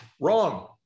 Wrong